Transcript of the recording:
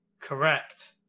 Correct